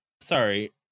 sorry